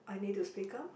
I need to speak up